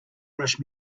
rush